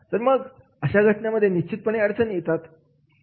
मग अशा घटनांमध्ये निश्चितपणे अडचणी असतात